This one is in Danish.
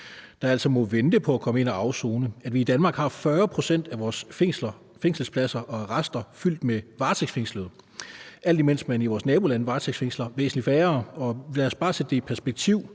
som altså må vente på at komme ind og afsone, at vi i Danmark har 40 pct. af vores fængsler og arrester fyldt med varetægtsfængslede, alt imens man i vores nabolande varetægtsfængsler væsentlig færre? Lad os sætte det i perspektiv: